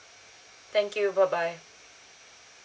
thank you bye bye